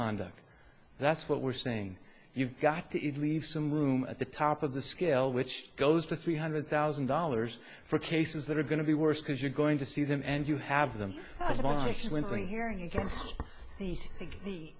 conduct that's what we're saying you've got to leave some room at the top of the scale which goes to three hundred thousand dollars for cases that are going to be worse because you're going to see them and you have them